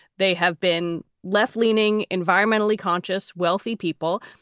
they have been left leaning, environmentally conscious, wealthy people.